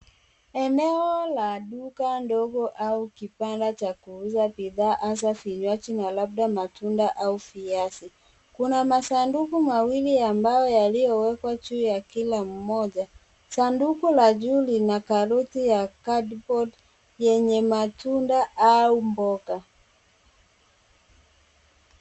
Eneo la duka ndogo au kipanda cha kuuza bidhaa hasa vinyuaji na labda matunda au viazi. Kuna masanduku mawili ambayo yaliyowekwa juu ya kila moja. Sanduku la juu lina karuti ya cardboard yenye matunda au mboga.